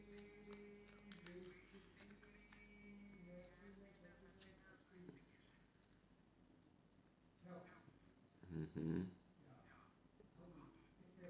mmhmm